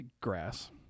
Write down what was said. Grass